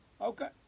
Okay